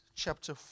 chapter